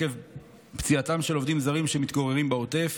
עקב פציעתם של עובדים זרים שמתגוררים בעוטף